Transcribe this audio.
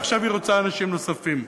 ועכשיו היא רוצה אנשים נוספים.